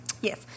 Yes